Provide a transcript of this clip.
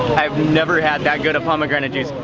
i have never had that good of pomegranate juice,